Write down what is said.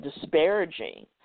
disparaging